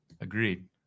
Agreed